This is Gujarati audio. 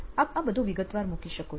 આપ આ બધું વિગતવાર મૂકી શકો છો